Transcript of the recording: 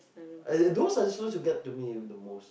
I those suggestions will get to me the most